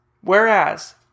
whereas